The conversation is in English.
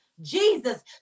Jesus